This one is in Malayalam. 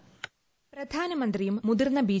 വോയീസ് പ്രധാനമന്ത്രിയും മുതിർന്ന ബി